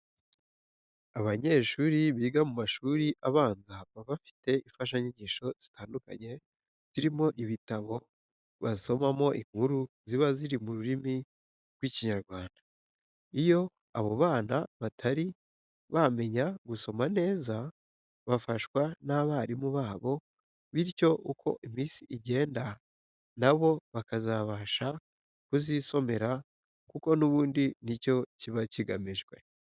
Abanyeshuri biga mu mashuri abanza baba bafite imfashanyigisho zitandukanye, zirimo ibitabo basomamo inkuru ziba ziri mu rurimi rw'Ikinyarwanda. Iyo abo bana batari bamenya gusoma neza bafashwa n'abarimu babo bityo uko iminsi igenda na bo bakazabasha kuzisomeza kuko n'ubundi ni cyo kiba kigamijwe.